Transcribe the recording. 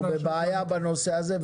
אנחנו בבעיה בנושא הזה.